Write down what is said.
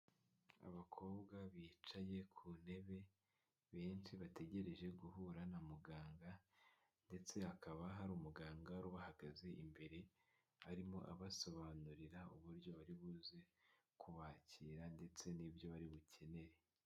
Abakobwa bicaye ku ntebe benshi bategereje guhura na muganga ndetse hakaba hari umuganga ubahagaze imbere arimo abasobanurira uburyo bari buze kubakira ndetse n'ibyo bari bukenere.